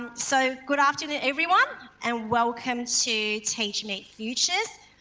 um so, good afternoon everyone and welcome to teachmeet futures.